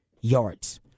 yards